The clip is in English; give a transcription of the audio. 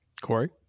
Corey